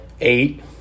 Eight